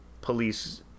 police